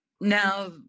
Now